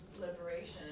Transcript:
liberation